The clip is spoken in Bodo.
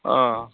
अ